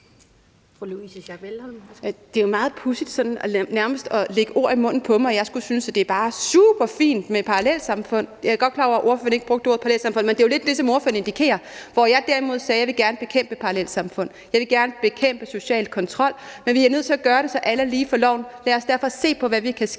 nærmest at lægge ord i munden på mig og antyde, at jeg skulle synes, at det bare er superfint med parallelsamfund. Jeg er godt klar over, at hr. Lars Boje Mathiesen ikke brugte ordet parallelsamfund, men det er jo lidt det, som hr. Lars Boje Mathiesen indikerer. Derimod sagde jeg, at jeg gerne vil bekæmpe parallelsamfund. Jeg vil gerne bekæmpe social kontrol, men vi er nødt til at gøre det, så alle er lige for loven. Lad os derfor se på, hvad vi kan skabe